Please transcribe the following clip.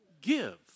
give